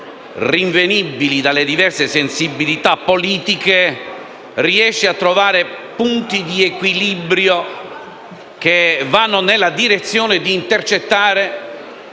rinvenibili dalle diverse sensibilità politiche, riesce a trovare punti di equilibrio che vanno nella direzione di intercettare